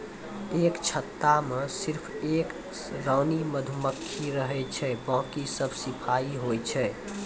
एक छत्ता मॅ सिर्फ एक रानी मधुमक्खी रहै छै बाकी सब सिपाही होय छै